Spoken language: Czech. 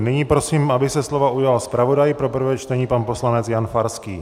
Nyní prosím, aby se slova ujal zpravodaj pro prvé čtení pan poslanec Jan Farský.